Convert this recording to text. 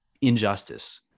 injustice